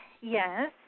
Yes